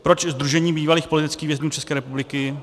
Proč Sdružení bývalých politických vězňů České republiky?